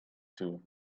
too